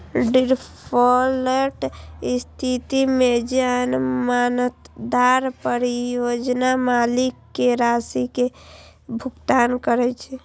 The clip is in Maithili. डिफॉल्ट के स्थिति मे जमानतदार परियोजना मालिक कें राशि के भुगतान करै छै